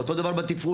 אותו דבר בתפעול.